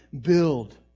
build